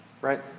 right